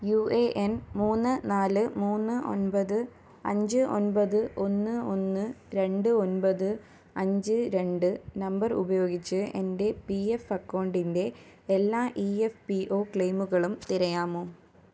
U A N മൂന്ന് നാല് മൂന്ന് ഒൻപത് അഞ്ച് ഒൻപത് ഒന്ന് ഒന്ന് രണ്ട് ഒൻപത് അഞ്ച് രണ്ട് നമ്പർ ഉപയോഗിച്ച് എൻ്റെ പി എഫ് അക്കൗണ്ടിൻ്റെ എല്ലാ ഇ എഫ് പി ഒ ക്ലെയിമുകളും തിരയാമോ